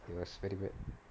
it was very bad